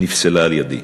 נפסלה על-ידי.